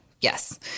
Yes